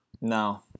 no